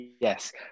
yes